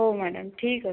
ହୋଉ ମ୍ୟାଡମ୍ ଠିକ୍ ଅଛି